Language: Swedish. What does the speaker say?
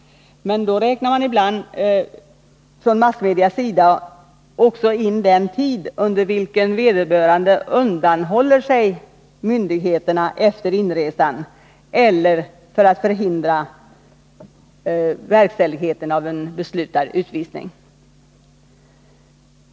Men då räknar man ibland från massmediernas sida även in tid under vilken vederbörande undanhåller sig myndigheterna efter inresan eller för att förhindra verkställigheten av en beslutad utvisning.